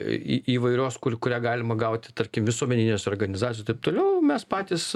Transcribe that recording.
į į įvairios kur kurią galima gauti tarkim visuomeninės organizacijos taip toliau mes patys